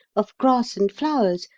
of grass and flowers,